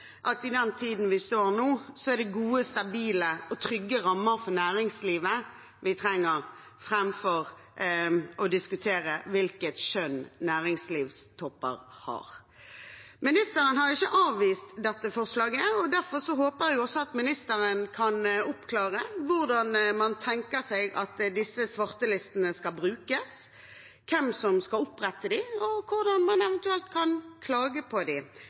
at i den tiden vi står i nå, er det gode, stabile og trygge rammer for næringslivet vi trenger, framfor å diskutere hvilket kjønn næringslivstopper har. Ministeren har ikke avvist dette forslaget, og derfor håper jeg også at ministeren kan oppklare hvordan man tenker seg at disse svartelistene skal brukes, hvem som skal opprette dem, og hvordan man eventuelt kan klage på